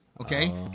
Okay